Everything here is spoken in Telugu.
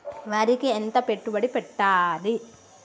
వరికి ఎంత పెట్టుబడి పెట్టాలి?